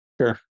Sure